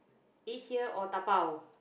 eat here or dabao